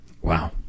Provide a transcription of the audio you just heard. Wow